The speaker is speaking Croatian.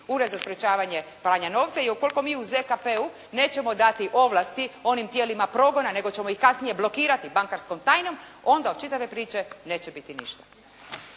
Ured za sprečavanje i pranje novca i ukoliko mi u ZKP-u nećemo dati ovlasti onim tijelima progona, nego ćemo ih kasnije blokirati bankarskom tajnom, onda od čitave priče neće biti ništa.